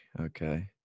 Okay